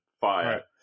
fire